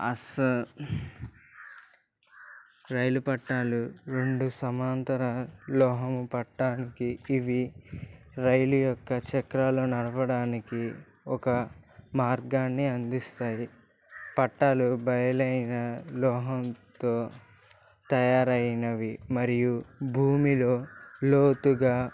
అస్సలు రైలు పట్టాలు రెండు సమాంతర లోహం పట్టానికి ఇవి రైలు యొక్క చక్రాల నడవడానికి ఒక మార్గాన్ని అందిస్తాయి పట్టాలు బయలైన లోహంతో తయారైనవి మరియు భూమిలో లోతుగా